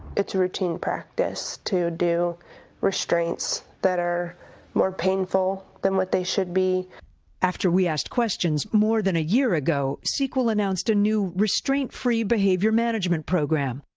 it's routine practice to do restraints that are more painful than what they should be. reporter after we asked questions more than a year ago, sequel announced a new restraint-free behavior management program,